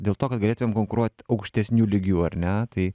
dėl to kad galėtumėm konkuruot aukštesniu lygiu ar ne tai